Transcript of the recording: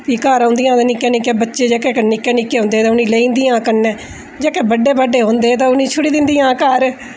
फही घर औंदियां हा ते निक्के निक्के बच्चे जेह्के निक्के निक्के होंदे हे ते उ'नेंई लेई जंदियां कन्नै जेह्के बड्डे बड्डे होंदे ते उ'नेंई छुड़ी दिंदियां घर